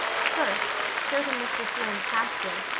first, skirting mr. sloane's pasture,